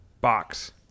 box